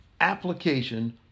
Application